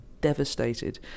devastated